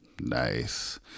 Nice